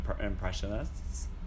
impressionists